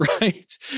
right